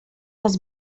les